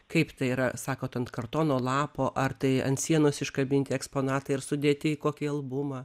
kaip tai yra sakot ant kartono lapo ar tai ant sienos iškabinti eksponatai ir sudėti į kokį albumą